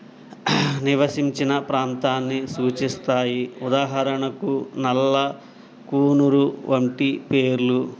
నివసించిన ప్రాంతాన్ని సూచిస్తాయి ఉదాహరణకు నల్లా కూనూరు వంటి పేర్లు